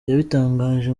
yabitangaje